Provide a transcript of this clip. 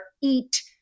eat